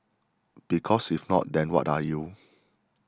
because if not then what are you